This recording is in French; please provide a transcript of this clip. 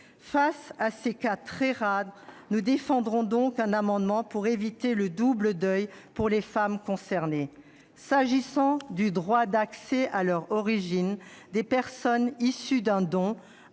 Face à de tels cas, très rares, nous défendrons un amendement pour éviter un double deuil aux femmes concernées. S'agissant du droit d'accès à leurs origines des personnes issues d'un don,